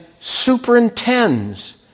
superintends